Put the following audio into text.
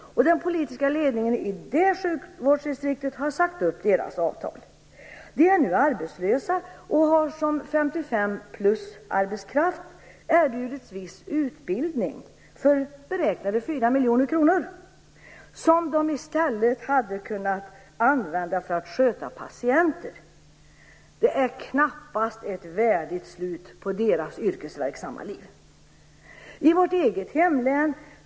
Den politiska ledningen i det sjukvårdsdistriktet har sagt upp deras avtal. De är nu arbetslösa och har som 55-plusarbetskraft erbjudits viss utbildning för beräknade 4 miljoner kronor, pengar som de i stället hade kunnat använda för att sköta patienter. Det är knappast "ett värdigt slut" på deras yrkesverksamma liv.